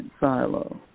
Silo